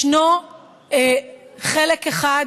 ישנו חלק אחד,